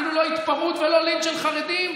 אפילו לא התפרעות ולא לינץ' של חרדים,